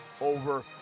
over